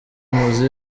muzi